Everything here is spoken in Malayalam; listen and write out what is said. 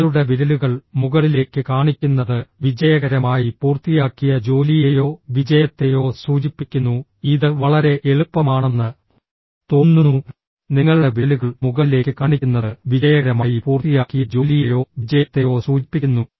നിങ്ങളുടെ വിരലുകൾ മുകളിലേക്ക് കാണിക്കുന്നത് വിജയകരമായി പൂർത്തിയാക്കിയ ജോലിയെയോ വിജയത്തെയോ സൂചിപ്പിക്കുന്നു ഇത് വളരെ എളുപ്പമാണെന്ന് തോന്നുന്നു നിങ്ങളുടെ വിരലുകൾ മുകളിലേക്ക് കാണിക്കുന്നത് വിജയകരമായി പൂർത്തിയാക്കിയ ജോലിയെയോ വിജയത്തെയോ സൂചിപ്പിക്കുന്നു